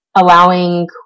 allowing